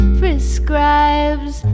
prescribes